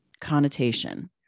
connotation